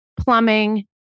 Plumbing